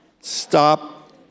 Stop